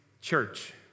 church